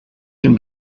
can